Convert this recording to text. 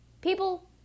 People